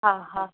हा हा